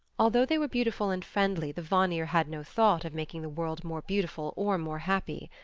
although they were beautiful and friendly the vanir had no thought of making the world more beautiful or more happy.